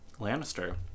Lannister